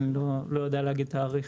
אני לא יודע להגיד תאריך.